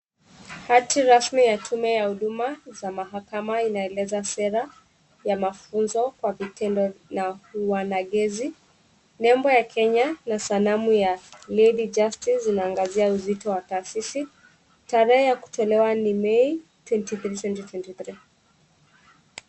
Hati rasmi ya tume ya huduma za mahakama inaeleza sera ya mafunzo kwa vitendo na uwanagenzi. Nembo ya Kenya na sanamu ya Lady Justice inaangazia uzito wa taasisi, tarehe ya kutolewa ni Mei twenty three twenty twenty three .